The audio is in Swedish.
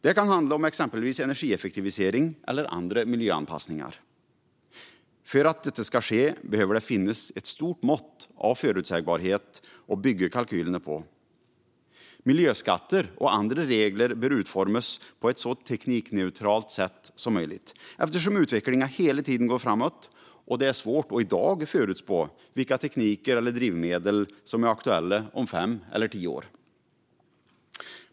Det kan exempelvis handla om energieffektivisering eller andra miljöanpassningar. För att detta ska ske behöver det finnas ett stort mått av förutsägbarhet att bygga kalkylerna på. Miljöskatter och andra regler bör utformas på ett så teknikneutralt sätt som möjligt eftersom utvecklingen hela tiden går framåt. Det är svårt att i dag förutspå vilka tekniker eller drivmedel som är aktuella om fem eller tio år.